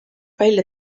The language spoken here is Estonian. välja